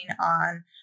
on